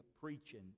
preaching